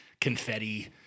confetti